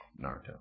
Naruto